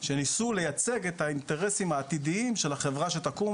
שניסו לייצג את האינטרסים העתידיים של החברה שתקום,